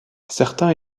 certains